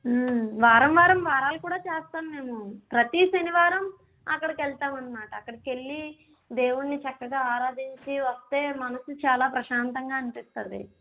వారం వారం వారాలు కూడా చేస్తాం మేము ప్రతీ శనివారం అక్కడికి వెళ్తాము అనమాట అక్కడికెళ్ళి దేవుణ్ని చక్కగా ఆరాధించి వస్తే మనసు చాలా ప్రశాంతంగా అనిపిస్తుంది